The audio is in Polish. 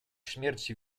śmierci